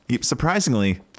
surprisingly